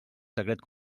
secret